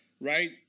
right